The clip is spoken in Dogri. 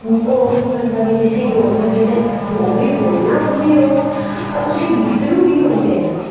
होग नेईं बंदा जिसी डोगरी ना बोलना ओंदी होग ना उसी मतलब गीतड़ू बी ओंदे ना